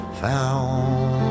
found